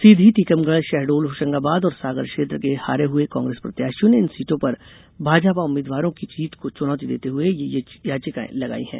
सीधी टीकमगढ शहडोल होशंगाबाद और सागर क्षेत्र के हारे हुए कांग्रेस प्रत्याशियों ने इन सीटों पर भाजपा उम्मीद्वारों की जीत को चुनौती देते हुए ये याचिकाएं लगाई हैं